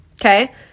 okay